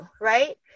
right